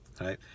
right